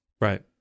Right